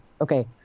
Okay